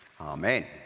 Amen